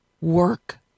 work